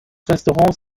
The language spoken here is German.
restaurants